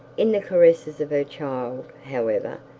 in the caresses of her child, however,